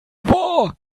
war